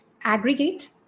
Aggregate